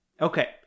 Okay